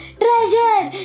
treasure